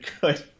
good